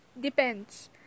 Depends